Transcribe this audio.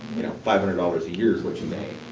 you know, five hundred dollars a year is what you make.